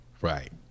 Right